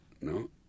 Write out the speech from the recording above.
no